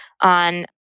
on